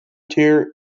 tier